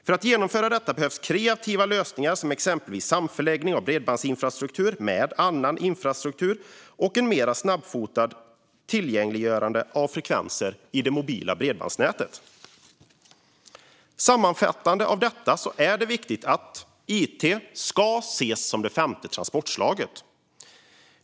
För att genomföra detta behövs kreativa lösningar som samförläggning av bredbandsinfrastruktur med annan infrastruktur och ett mer snabbfotat tillgängliggörande av frekvenser i det mobila bredbandsnätet. Sammanfattningsvis är det viktigt att it ses som det femte transportslaget.